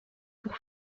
pour